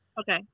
Okay